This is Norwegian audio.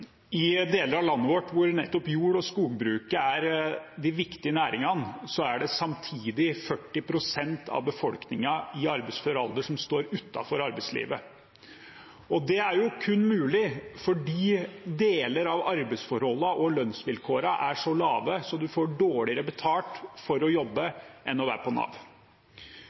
de viktige næringene, er det samtidig 40 pst. av befolkningen i arbeidsfør alder som står utenfor arbeidslivet. Det er kun mulig fordi deler av arbeidsforholdene og lønnsvilkårene er så dårlige at en får dårligere betalt for å jobbe enn for å være på Nav.